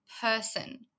person